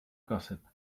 gossip